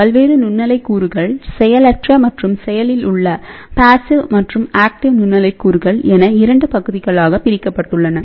பல்வேறு நுண்ணலை கூறுகள் செயலற்ற மற்றும் செயலில் உள்ள நுண்ணலை கூறுகள் என இரண்டு பகுதிகளாக பிரிக்கப்பட்டுள்ளன